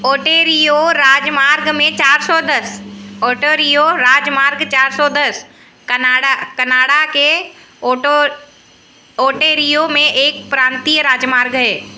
Ontario राजमार्ग में चार सौ दस ओन्टेरियो राजमार्ग चार सौ दस कनाडा कनाडा के ओटो ओन्टेरियो में एक प्रान्तीय राजमार्ग है